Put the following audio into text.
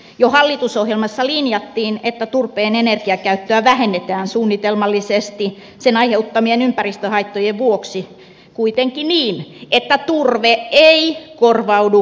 jo hallitusohjelmassa linjattiin että turpeen energiakäyttöä vähennetään suunnitelmallisesti sen aiheuttamien ympäristöhaittojen vuoksi kuitenkin niin että turve ei korvaudu kivihiilellä